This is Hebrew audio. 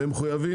והם מחויבים,